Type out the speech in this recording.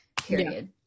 period